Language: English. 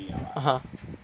(uh huh)